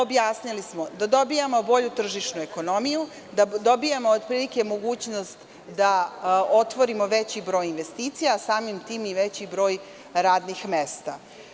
Objasnili smo da dobijamo bolju tržišnu ekonomiju, da dobijamo otprilike mogućnost da otvorimo veći broj investicija, a samim tim i veći broj radnih mesta.